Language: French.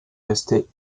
restée